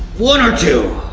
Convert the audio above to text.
one or two?